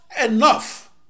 enough